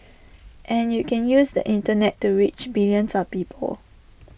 and you can use the Internet to reach billions of people